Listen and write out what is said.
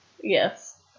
Yes